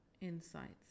insights